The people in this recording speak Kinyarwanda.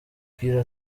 aragira